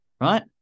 Right